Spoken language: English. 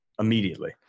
immediately